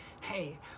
hey